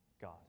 God